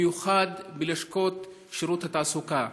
במיוחד בלשכות שירות התעסוקה.